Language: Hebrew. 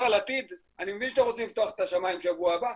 על עתיד - אני מבין שאתם רוצים לפתוח את השמיים בשבוע הבא,